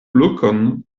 lokon